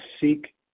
seek